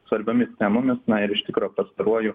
svarbiomis temomis na ir iš tikro pastaruoju